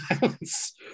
violence